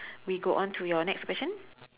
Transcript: we go on to your next question